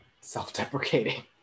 self-deprecating